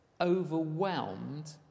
overwhelmed